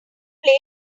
play